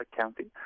County